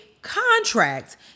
contracts